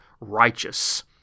righteous